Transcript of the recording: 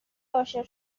عاشق